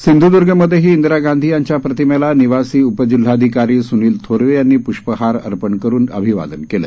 सिंध्दर्ग मध्ये ही इंदिरा गांधी यांच्या प्रतिमेला निवासी उपजिल्हाधिकारी स्निल थोरवे यांनी प्ष्पहार अर्पण करुन अभिवादन केलं